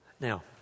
Now